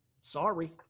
Sorry